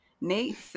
nate